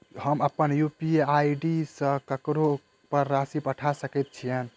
हम अप्पन UPI ID सँ ककरो पर राशि पठा सकैत छीयैन?